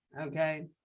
Okay